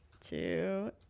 Two